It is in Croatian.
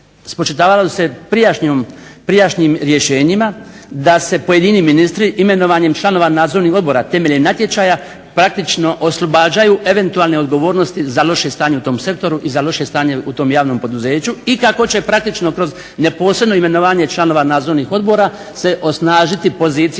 spočitavalo se prijašnjim rješenjima da se pojedini ministri imenovanjem članova nadzornih odbora temeljem natječaja praktično oslobađaju eventualne odgovornosti za loše stanje u tom sektoru i za loše stanje u tom javnom poduzeću i kako će praktično kroz neposredno imenovanje članova nadzornih odbora se osnažiti pozicija